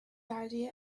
idea